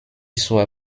zur